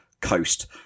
coast